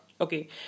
Okay